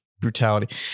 Brutality